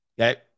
Okay